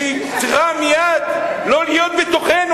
שהיא צריכה מייד לא להיות בתוכנו.